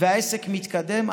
והעסק מתקדם,